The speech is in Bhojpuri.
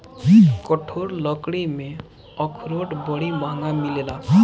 कठोर लकड़ी में अखरोट बड़ी महँग मिलेला